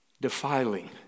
Defiling